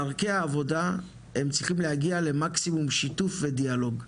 דרכי העבודה צריכות להגיע למקסימום שיתוף ודיאלוג.